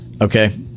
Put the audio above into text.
Okay